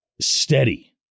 steady